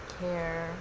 care